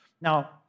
Now